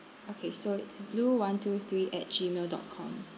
okay so it's blue one two three at G mail dot com